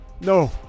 No